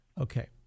Okay